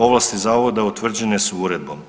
Ovlasti zavoda utvrđene su uredbom.